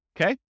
Okay